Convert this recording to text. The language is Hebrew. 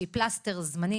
שהיא פלסטר זמני,